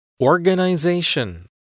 Organization